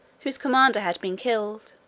whose commander had been killed